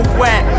wet